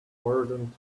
hardened